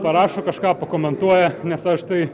parašo kažką pakomentuoja nes aš tai